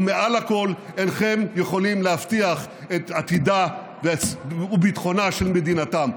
ומעל הכול אינכם יכולים להבטיח את עתידה וביטחונה של מדינתם.